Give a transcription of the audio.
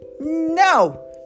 No